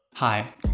Hi